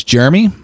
Jeremy